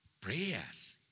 prayers